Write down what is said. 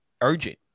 Urgent